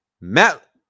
Matt